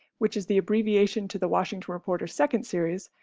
which is the abbreviation to the washington reporter second series,